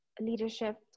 Leadership